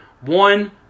One